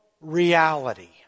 reality